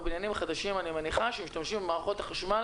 בבניינים החדשים אני מניחה שמשתמשים במערכות החשמל